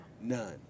None